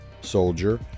soldier